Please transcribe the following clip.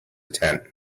tent